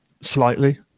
Slightly